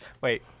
Wait